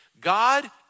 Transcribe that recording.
God